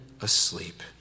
asleep